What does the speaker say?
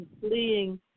fleeing